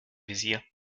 visier